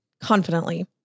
confidently